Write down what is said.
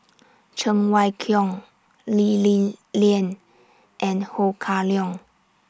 Cheng Wai Keung Lee Li Lian and Ho Kah Leong